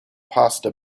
pasta